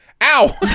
ow